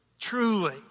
Truly